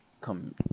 come